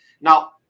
Now